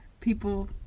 People